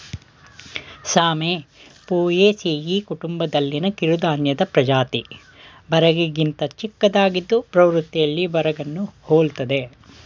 ಸಾಮೆ ಪೋಯೇಸಿಯಿ ಕುಟುಂಬದಲ್ಲಿನ ಕಿರುಧಾನ್ಯದ ಪ್ರಜಾತಿ ಬರಗಿಗಿಂತ ಚಿಕ್ಕದಾಗಿದ್ದು ಪ್ರವೃತ್ತಿಯಲ್ಲಿ ಬರಗನ್ನು ಹೋಲ್ತದೆ